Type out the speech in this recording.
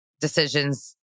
decisions